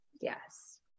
Yes